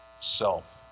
self